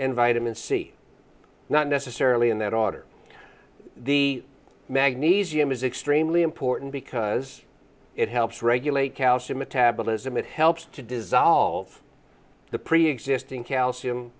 and vitamin c not necessarily in that order the magnesium is extremely important because it helps regulate calcium metabolism it helps to dissolve the preexisting calcium